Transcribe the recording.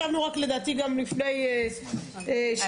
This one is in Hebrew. ישבנו לדעתי גם לפני שבועיים.